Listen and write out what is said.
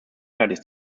fertig